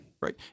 Right